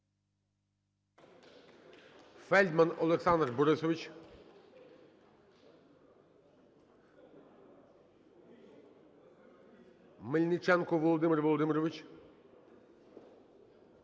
Фельдман Олександр Борисович. Мельниченко Володимир Володимирович.